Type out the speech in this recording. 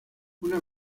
una